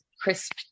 crisp